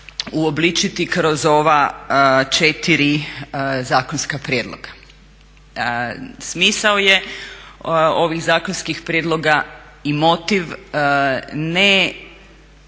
uobličiti kroz ova četiri zakonska prijedloga. Smisao je ovih zakonskih prijedloga i motiv ne